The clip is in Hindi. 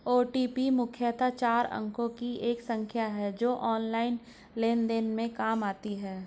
ओ.टी.पी मुख्यतः चार अंकों की एक संख्या है जो ऑनलाइन लेन देन में काम आती है